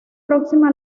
próxima